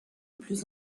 plus